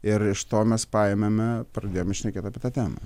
ir iš to mes paėmėme pradėjome šnekėt apie tą temą